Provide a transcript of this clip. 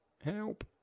help